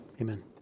amen